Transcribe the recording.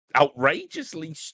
Outrageously